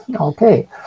Okay